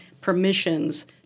permissions